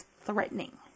threatening